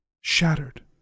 shattered